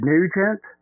Nugent